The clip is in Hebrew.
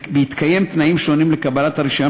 בהתקיים תנאים שונים לקבלת הרישיון,